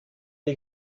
les